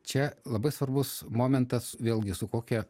čia labai svarbus momentas vėlgi su kokia